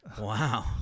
wow